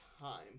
time